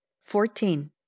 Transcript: fourteen